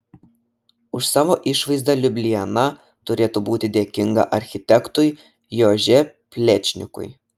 už savo išvaizdą liubliana turėtų būti dėkinga architektui jože plečnikui